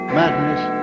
madness